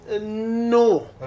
No